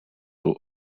eaux